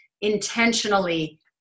intentionally